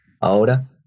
Ahora